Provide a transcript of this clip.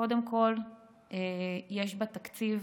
קודם כול, יש בתקציב